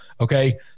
Okay